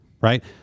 Right